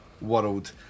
world